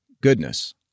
goodness